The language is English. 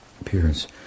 appearance